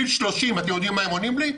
בגיל 30, אתם יודעים מה הם עונים לי?